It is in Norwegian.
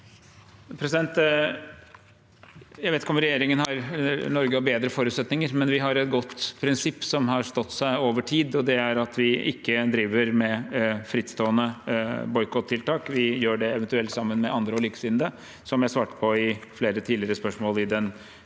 Jeg vet ikke om Norge har bedre forutsetninger, men vi har et godt prinsipp, som har stått seg over tid, og det er at vi ikke driver med frittstående boikottiltak. Vi gjør det eventuelt sammen med andre og likesinnede, som jeg svarte på i flere tidligere spørsmål i den spontane